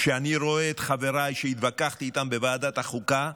כשאני רואה את חבריי שהתווכחתי איתם בוועדת החוקה,